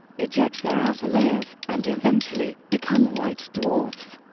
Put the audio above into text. eject their outer layers and eventually become white dwarfs.